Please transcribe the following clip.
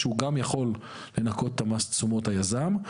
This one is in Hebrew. שהוא גם יכול לנכות את מס תשומות היזם,